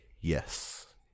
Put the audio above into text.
yes